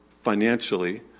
financially